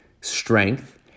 strength